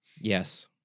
Yes